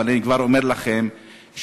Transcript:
אבל אני כבר אומר לכם שמניסיוננו,